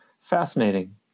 fascinating